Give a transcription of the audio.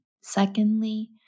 Secondly